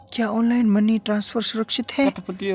क्या online money transfer सुरक्षित है?